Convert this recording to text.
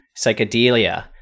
psychedelia